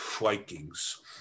Vikings